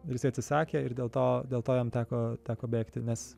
ir jisai atsisakė ir dėl to dėl to jam teko teko bėgti nes